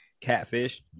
Catfish